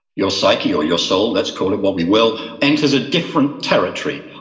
your psyche or your soul, let's call it what we will, enters a different territory.